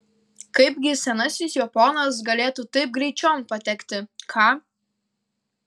kaipgi senasis jo ponas galėtų taip greit čion patekti ką